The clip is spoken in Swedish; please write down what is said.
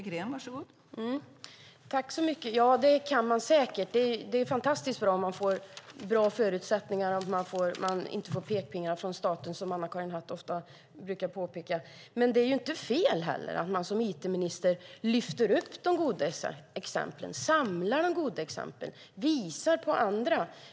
Fru talman! Det kan man säkert göra. Det är fantastiskt bra om man får bra förutsättningar och inte får pekpinnar från staten, som Anna-Karin Hatt ofta brukar påpeka. Men det är inte heller fel att man som it-minister lyfter fram de goda exemplen och samlar in dem och visar på andra.